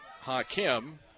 Hakim